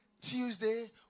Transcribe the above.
Tuesday